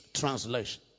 translation